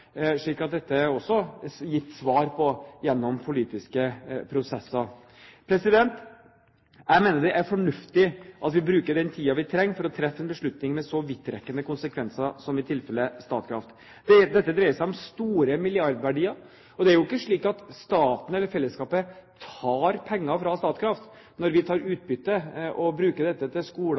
slik at dette er det også gitt svar på gjennom politiske prosesser. Jeg mener det er fornuftig at vi bruker den tiden vi trenger for å treffe en beslutning med så vidtrekkende konsekvenser som i tilfellet Statkraft. Dette dreier seg store milliardverdier, og det er ikke slik at staten, eller fellesskapet, tar penger fra Statkraft når vi tar utbytte og bruker dette til